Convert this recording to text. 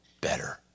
better